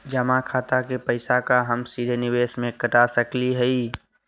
जमा खाता के पैसा का हम सीधे निवेस में कटा सकली हई?